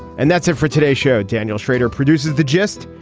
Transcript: and that's it for today's show. daniel schrader produces the gist.